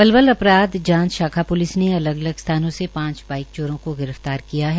पलवल अपराध जांच शाखा प्लिस ने अलग अलग स्थानों से पांच बाईक चोरों को गिर फ्तार किया है